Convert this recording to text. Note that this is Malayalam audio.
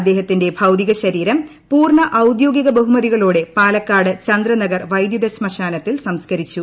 അദ്ദേഹത്തിന്റെ ഭൌതികശരീരം പൂർണ്ണ ഔദ്യോഗിക ബഹുമതികളോടെ പാലക്കാട് ചന്ദ്രനഗർ വൈദ്യുത ശ്മശാനത്തിൽ സംസ്കരിച്ചു